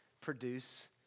produce